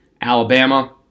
Alabama